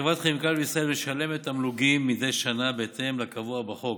חברת כימיקלים לישראל משלמת תמלוגים מדי שנה בהתאם לקבוע בחוק,